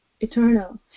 eternal